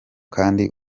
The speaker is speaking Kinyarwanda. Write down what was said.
kandi